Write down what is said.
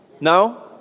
No